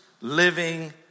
living